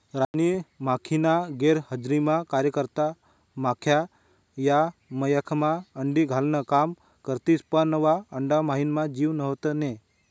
राणी माखीना गैरहजरीमा कार्यकर्ता माख्या या मव्हायमा अंडी घालान काम करथिस पन वा अंडाम्हाईन जीव व्हत नै